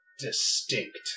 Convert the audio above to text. distinct